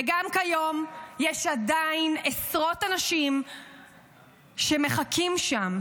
וגם כיום יש עדיין עשרות אנשים שמחכים שם,